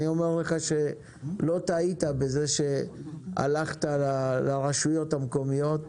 אני אומר לך שלא טעית בזה שהלכת לרשויות המקומיות,